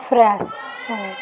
Fresho